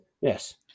Yes